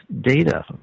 data